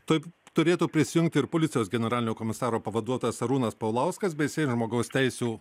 taip turėtų prisijungti ir policijos generalinio komisaro pavaduotojas arūnas paulauskas bei seimo žmogaus teisių